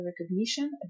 recognition